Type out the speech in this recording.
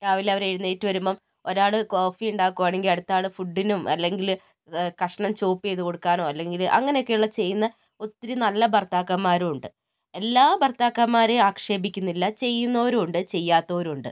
രാവിലെ അവർ എഴുന്നേറ്റ് വരുമ്പം ഒരാൾ കോഫി ഉണ്ടാക്കുവാണെങ്കിൽ അടുത്ത ആൾ ഫുഡിനും അല്ലെങ്കിൽ കഷ്ണം ചോപ്പ് ചെയ്ത് കൊടുക്കാനോ അല്ലെങ്കിൽ അങ്ങനെ ഒക്കെ ഉള്ള ചെയ്യുന്ന ഒത്തിരി നല്ല ഭർത്താക്കന്മാരും ഉണ്ട് എല്ലാ ഭർത്താക്കന്മാരേയും ആക്ഷേപിക്കുന്നില്ല ചെയ്യുന്നോരും ഉണ്ട് ചെയ്യാത്തോരും ഉണ്ട്